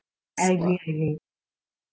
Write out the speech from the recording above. I agree Hui Ling